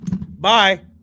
Bye